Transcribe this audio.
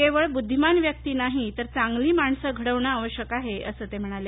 केवळ बुद्धिमान व्यक्ती नाही तर चांगली माणसं घडवणं आवश्यक आहे असं ते म्हणाले